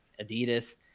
Adidas